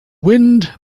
wind